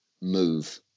move